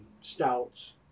Stouts